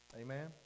Amen